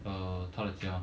err 他的家